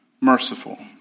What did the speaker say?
merciful